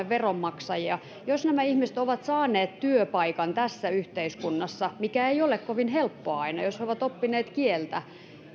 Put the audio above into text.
veronmaksajia jos nämä ihmiset ovat saaneet työpaikan tässä yhteiskunnassa mikä ei ole kovin helppoa aina ja jos he ovat oppineet kieltä